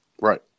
Right